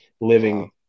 living